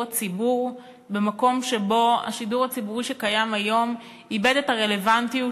הציבור במקום שבו השידור הציבורי שקיים היום איבד את הרלוונטיות